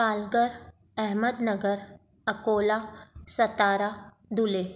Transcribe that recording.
Palghar Ahmednagar Akola Satara Dhule